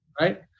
Right